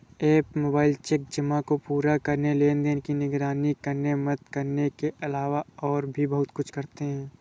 app mobile check जमा को पूरा करने, लेनदेन की निगरानी करने में मदद करने के अलावा और भी बहुत कुछ करते हैं